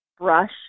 brush